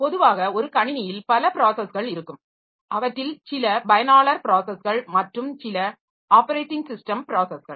பொதுவாக ஒரு கணினியில் பல ப்ராஸஸ்கள் இருக்கும் அவற்றில் சில பயனாளர் ப்ராஸஸ்கள் மற்றும் சில ஆப்பரேட்டிங் ஸிஸ்டம் ப்ராஸஸ்கள்